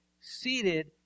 seated